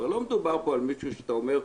לא מדובר פה על מישהו שאתה אומר,